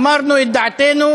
אמרנו את דעתנו